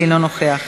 אינו נוכח.